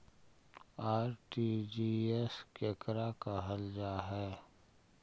RTGS केकरा कहल जा है?